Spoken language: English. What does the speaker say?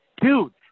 dude